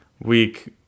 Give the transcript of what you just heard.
week